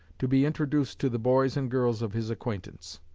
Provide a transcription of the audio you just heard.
to be introduced to the boys and girls of his acquaintance.